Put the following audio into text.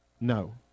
No